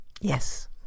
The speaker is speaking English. Yes